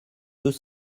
deux